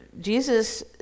Jesus